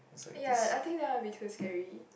ya I think that might be too scary